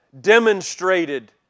demonstrated